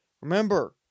Remember